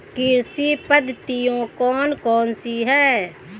कृषि पद्धतियाँ कौन कौन सी हैं?